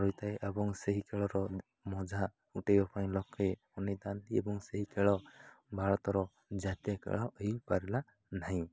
ରହିଥାଏ ଏବଂ ସେହି ଖେଳର ମଜା ଉଡ଼େଇବା ପାଇଁ ଲୋକେ ଅନେଇଥାନ୍ତି ଏବଂ ସେହି ଖେଳ ଭାରତର ଜାତୀୟ ଖେଳ ହେଇପାରିଲା ନାହିଁ